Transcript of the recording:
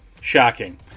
Shocking